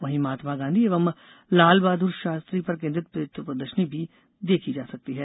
वहीं महात्मा गाँधी एवं लालबहाद्र शास्त्री पर केन्द्रित चित्र प्रदर्शनी भी देखी जा सकती है